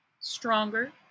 stronger